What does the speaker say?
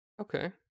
Okay